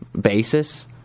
basis